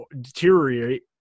deteriorate